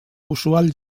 usual